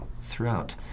throughout